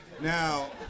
Now